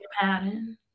pattern